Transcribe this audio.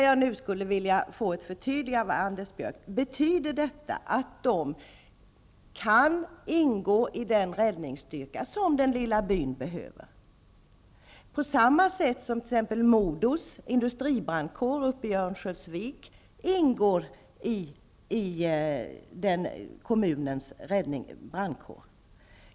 Jag skulle nu vilja få ett förtydligande från Anders Björck: Betyder detta att de kan ingå i den räddningsstyrka som den lilla byn behöver, på samma sätt som t.ex. MoDo:s industribrandkår i Örnsköldsvik ingår i den kommunens brandkår?